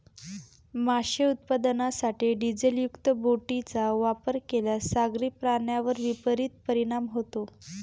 मासे उत्पादनासाठी डिझेलयुक्त बोटींचा वापर केल्यास सागरी प्राण्यांवर विपरीत परिणाम होतो